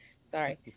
sorry